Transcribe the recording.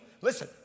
Listen